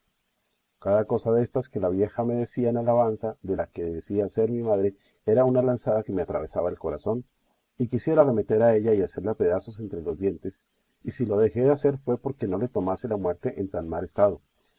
cada cosa destas que la vieja me decía en alabanza de la que decía ser mi madre era una lanzada que me atravesaba el corazón y quisiera arremeter a ella y hacerla pedazos entre los dientes y si lo dejé de hacer fue porque no le tomase la muerte en tan mal estado